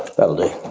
that'll do!